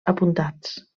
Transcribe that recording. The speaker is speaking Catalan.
apuntats